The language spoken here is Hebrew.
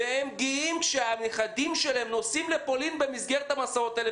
והם גאים כשהנכדים שלהם נוסעים לפולין במסגרת המסעות האלה.